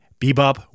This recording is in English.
Bebop